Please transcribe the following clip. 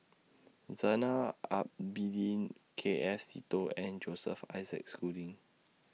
Zainal Abidin K S Seetoh and Joseph Isaac Schooling